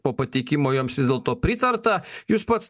po pateikimo joms vis dėlto pritarta jūs pats